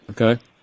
Okay